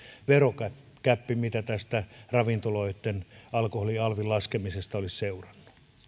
verogäppi mitä ravintoloitten alkoholialvin laskemisesta olisi seurannut